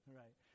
right